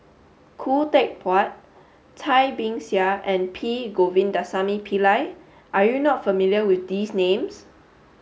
Khoo Teck Puat Cai Bixia and P Govindasamy Pillai are you not familiar with these names